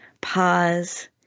pause